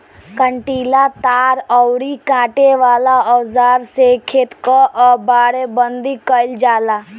कंटीला तार अउरी काटे वाला औज़ार से खेत कअ बाड़ेबंदी कइल जाला